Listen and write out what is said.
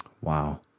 Wow